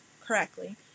correctly